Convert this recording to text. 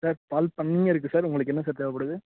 sir பால் பண்ணையே இருக்குது சார் உங்களுக்கு என்ன சார் தேவைப்படுது